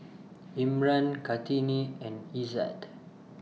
Imran Kartini and Izzat